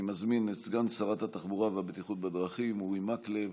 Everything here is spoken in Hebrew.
אני מזמין את סגן שרת התחבורה והבטיחות בדרכים אורי מקלב